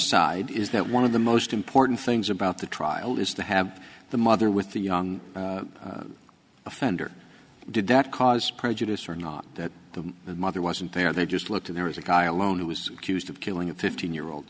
side is that one of the most important things about the trial is to have the mother with the young offender did that cause prejudice or not that the mother wasn't there they just looked and there is a guy alone who's accused of killing a fifteen year old